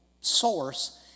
source